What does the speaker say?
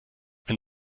wenn